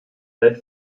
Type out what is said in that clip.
teil